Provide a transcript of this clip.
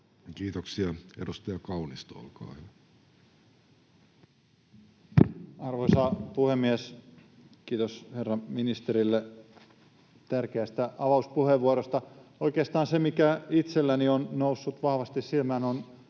Time: 14:13 Content: Arvoisa puhemies! Kiitos herra ministerille tärkeästä avauspuheenvuorosta. Oikeastaan se, mikä itselläni on noussut vahvasti silmään ja